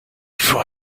faut